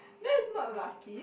that is not lucky